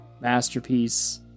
masterpiece